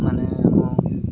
ମାନେ ଆମ